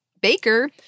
Baker